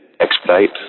expedite